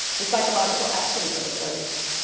the psychological essence of a place.